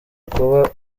kuba